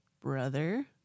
brother